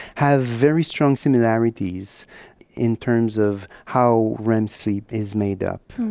have very strong similarities in terms of how rem sleep is made up.